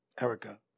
Erica